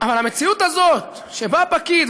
המציאות הזאת שבה פקיד,